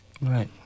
Right